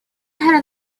had